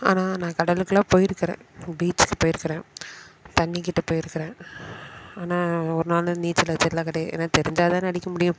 ஆனால் நான் கடலுக்கெல்லாம் போயிருக்கிறேன் பீச்சிக்கு போயிருக்கிறேன் தண்ணிக்கிட்ட போயிருக்கிறேன் ஆனால் ஒரு நாளும் நீச்சல் அடிச்சதுலாம் கிடையாது ஏனா தெரிஞ்சாதானே அடிக்கமுடியும்